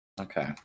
Okay